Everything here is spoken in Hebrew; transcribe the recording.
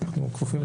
אנחנו כפופים לה.